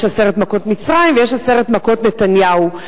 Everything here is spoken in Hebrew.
יש עשר מכות מצרים ויש עשר מכות נתניהו.